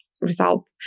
result